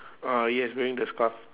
ah yes wearing the scarf